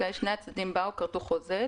שני הצדדים כרתו חוזה.